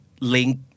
link